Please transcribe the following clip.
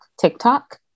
TikTok